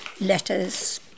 letters